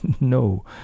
No